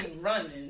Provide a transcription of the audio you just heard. running